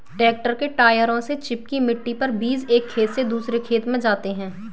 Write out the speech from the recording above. tractor के टायरों से चिपकी मिट्टी पर बीज एक खेत से दूसरे खेत में जाते है